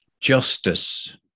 justice